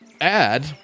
Add